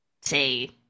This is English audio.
say